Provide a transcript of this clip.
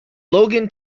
logan